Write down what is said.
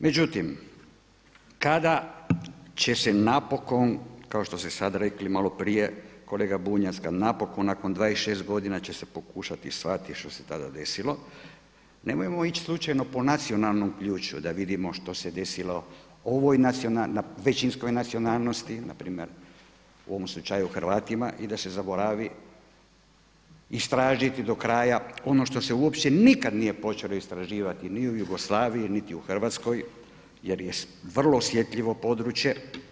Međutim, kada će se napokon kao što ste sada rekli malo prije kolega Bunjac kad napokon nakon 26 godina će se pokušati shvatiti što se tada desilo nemojmo ići slučajno po nacionalnom ključu da vidimo što se desilo na većinskoj nacionalnosti, na primjer u ovom slučaju Hrvatima i da se zaboravi istražiti do kraja ono što se uopće nikad nije počelo istraživati niti u Jugoslaviji, niti u Hrvatskoj jer je vrlo osjetljivo područje.